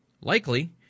likely